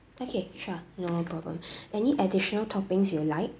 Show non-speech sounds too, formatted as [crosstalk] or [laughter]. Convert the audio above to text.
okay sure no problem [breath] any additional toppings you would like